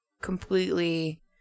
completely